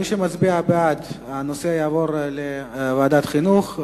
מי שמצביע בעד, הנושא יעבור לוועדת החינוך.